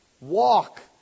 walk